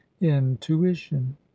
intuition